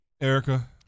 Erica